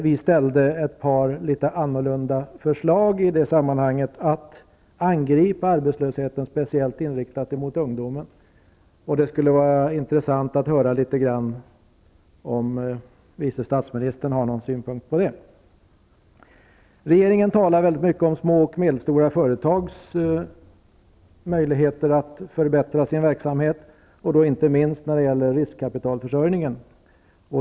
Vi framförde ett par litet annorlunda förslag i detta sammanhang, att man skulle angripa arbetslösheten speciellt hos ungdomar. Det skulle vara intressant att höra om vice statsministern har någon synpunkt på det. Regeringen talar mycket om små och medelstora företags möjligheter att förbättra sin verksamhet, inte minst när det gäller riskkapitalförsörjningen.